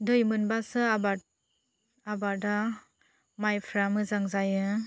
दै मोनबासो आबाद आबादा मायफ्रा मोजां जायो